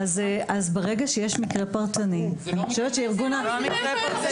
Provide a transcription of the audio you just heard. ברגע שיש מקרה פרטני --- זהו לא מקרה פרטני.